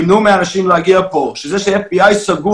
ימנעו מאנשים להגיע לפה, שזה שה-FBI סגור